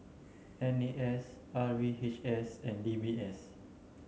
N A S R V H S and D B S